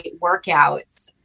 workouts